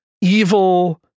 evil